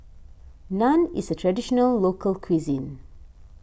Naan is a Traditional Local Cuisine